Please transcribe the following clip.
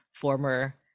former